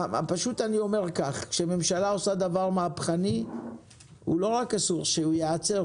פשוט אני אומר כך: כשהממשלה עושה דבר מהפכני לא רק אסור שהוא ייעצר,